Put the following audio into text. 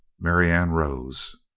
marianne rose.